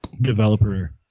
developer